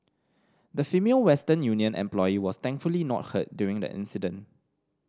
the Female Western Union employee was thankfully not hurt during the incident